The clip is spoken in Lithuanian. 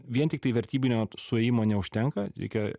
vien tiktai vertybinio suėjimo neužtenka reikia